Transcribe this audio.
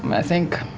um i think,